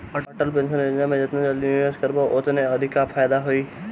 Atal pension Yojana में जेतना जल्दी निवेश करबअ ओतने अधिका फायदा होई